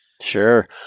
sure